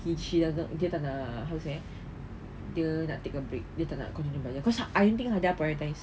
she she doesn't kita tak nak how to say dia nak take a break dia tak nak continue belajar cause I don't think she prioritise